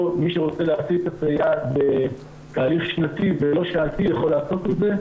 מי שרוצה להעסיק את הסייעת בתהליך שנתי ולא שעתי יכול לעשות את זה.